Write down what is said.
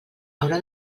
haurà